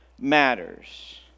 matters